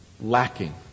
lacking